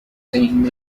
saying